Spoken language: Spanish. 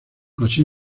así